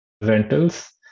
rentals